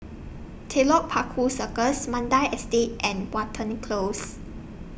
Telok Paku Circus Mandai Estate and Watten Lee Close